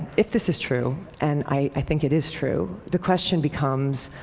if this is true, and i think it is true, the question becomes,